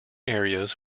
areas